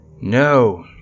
No